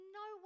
no